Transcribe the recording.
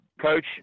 Coach